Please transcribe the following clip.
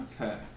Okay